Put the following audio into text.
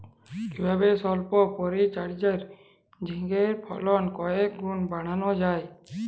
কিভাবে সল্প পরিচর্যায় ঝিঙ্গের ফলন কয়েক গুণ বাড়ানো যায়?